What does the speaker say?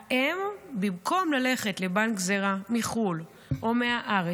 האם, במקום ללכת לבנק זרע מחו"ל או מהארץ,